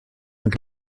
mewn